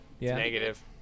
Negative